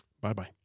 Bye-bye